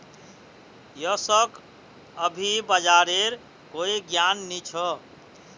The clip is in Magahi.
यशक अभी बाजारेर कोई ज्ञान नी छ